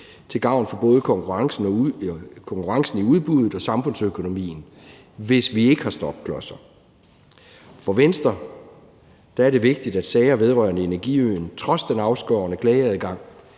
til gavn for både konkurrencen i udbuddet og samfundsøkonomien, hvis vi ikke har stopklodser. For Venstre er det vigtigt, at sager vedrørende energiøen trods den afskårne klageadgang